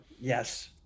yes